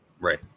Right